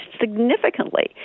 significantly